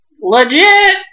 legit